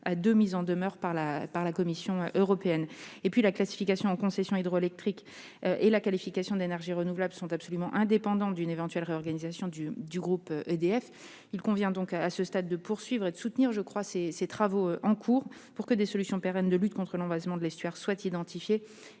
à deux mises en demeure de la Commission européenne. Enfin, la classification en concession hydroélectrique et la qualification d'énergie renouvelable sont absolument indépendantes d'une éventuelle réorganisation du groupe EDF. Madame la sénatrice, il convient donc, à ce stade, de poursuivre et de soutenir les travaux en cours pour que des solutions pérennes de lutte contre l'envasement de l'estuaire soient identifiées